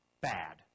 bad